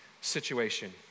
situation